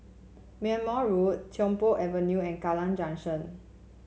Belmont Road Tiong Poh Avenue and Kallang Junction